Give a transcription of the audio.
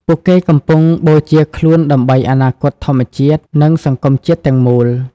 ពួកគេកំពុងបូជាខ្លួនដើម្បីអនាគតធម្មជាតិ និងសង្គមជាតិទាំងមូល។